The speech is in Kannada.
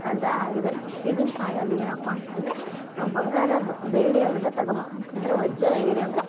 ಅಂತ ಆಗಿದಾರೆ ಈಗಿನ ಕಾಲ್ದಲ್ಲಿ ಏನಪ್ಪ ಅಂತಂದರೆ ನಾವು ಬಂಗಾರ ಬೆಳ್ಳಿಯವ್ರದ್ದು ತಗೋಬೇಕಂತದ್ರೆ ವಜ್ರ ವೈಢೂರ್ಯ ಅಂದರೆ